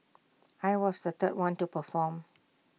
I was the third one to perform